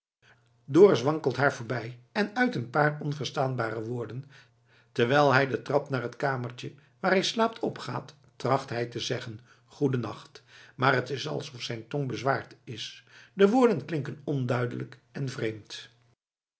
dorus wankelt haar voorbij en uit een paar onverstaanbare woorden terwijl hij de trap naar t kamertje waar hij slaapt opgaat tracht hij te zeggen goeden nacht maar t is alsof zijn tong bezwaard is de woorden klinken onduidelijk en vreemd